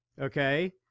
okay